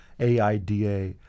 AIDA